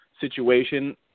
situation